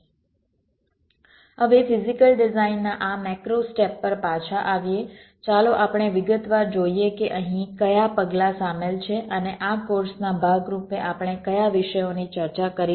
હવે ફિઝીકલ ડિઝાઇનના આ મેક્રો સ્ટેપ પર પાછા આવીએ ચાલો આપણે વિગતવાર જોઈએ કે અહીં કયા પગલાં સામેલ છે અને આ કોર્સના ભાગ રૂપે આપણે કયા વિષયોની ચર્ચા કરીશું